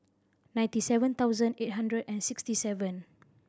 ninety seven thousand eight hundred and sixty seven